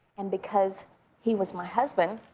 and because he was my husband,